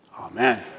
Amen